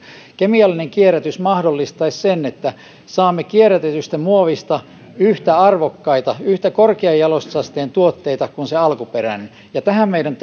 kemiallinen kierrätys mahdollistaisi sen että saamme kierrätetystä muovista yhtä arvokkaita yhtä korkean jalostusasteen tuotteita kuin se alkuperäinen tähän meidän